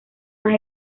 más